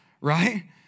right